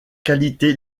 qualité